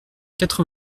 quatre